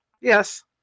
yes